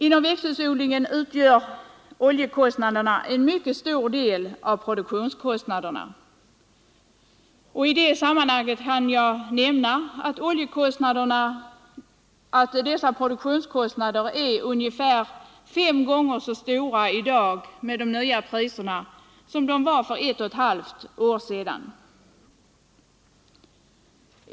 Inom växthusodlingen utgör oljekostnaderna en mycket stor del av produktionskostnaderna. I det sammanhanget kan jag nämna att dessa produktionskostnader i dag — med de nya oljepriserna — är ungefär fem gånger så stora som de var för ett och ett halvt år sedan.